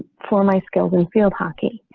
for my skills and field hockey,